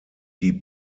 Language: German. die